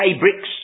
bricks